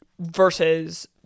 versus